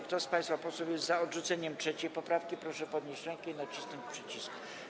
Kto z państwa posłów jest za odrzuceniem 3. poprawki, proszę podnieść rękę i nacisnąć przycisk.